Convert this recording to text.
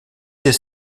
des